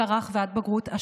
מהגיל הרך ועד בגרות,